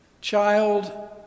child